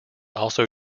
also